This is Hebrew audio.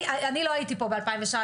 אני לא הייתי פה ב-2016,